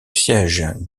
siège